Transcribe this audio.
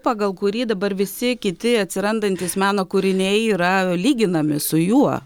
pagal kurį dabar visi kiti atsirandantys meno kūriniai yra lyginami su juo